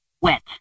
wet